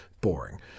boring